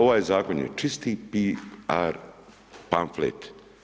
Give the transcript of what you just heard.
Ovaj Zakon je čisti piar pamflet.